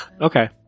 Okay